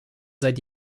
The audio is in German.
seit